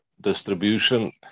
distribution